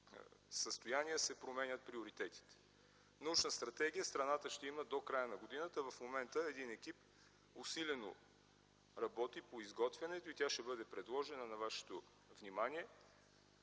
състояние се променят приоритетите. Научна стратегия страната ще има до края на годината. В момента един екип усилено работи по изготвянето и тя ще бъде предложена на вашето внимание.